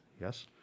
Yes